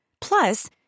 Plus